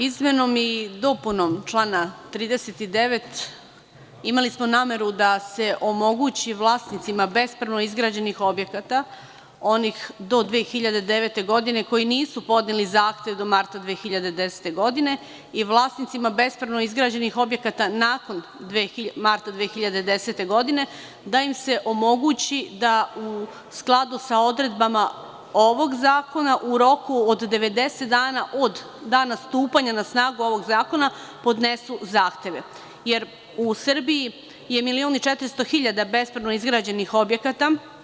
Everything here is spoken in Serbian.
Izmenom i dopunom člana 39. imali smo nameru da se omogući vlasnicima bespravno izgrađenih objekata, onih do 2009. godine koji nisu podneli zahtev do marta 2010. godine i vlasnicima bespravno izgrađenih objekata nakon marta 2010. godine, da im se omogući da, u skladu sa odredbama ovog zakona, u roku od 90 dana od dana stupanja na snagu ovog zakona podnesu zahteve, jer u Srbiji 1.400.000 bespravno izgrađenih objekata.